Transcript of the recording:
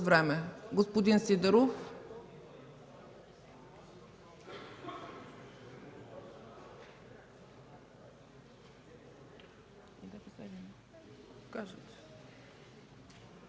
време. Господин Сидеров.